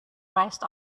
rest